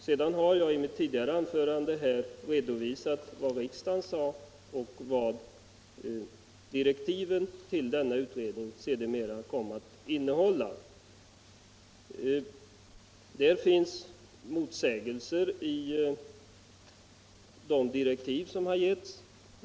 Men i mitt tidigare anförande redovisade jag vad riksdagen sade och vad direktiven till denna utredning sedan kom att innehålla, och där finns motsägelser i de direktiv som utfärdats.